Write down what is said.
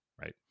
right